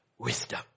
Wisdom